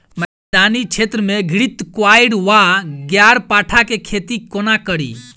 मैदानी क्षेत्र मे घृतक्वाइर वा ग्यारपाठा केँ खेती कोना कड़ी?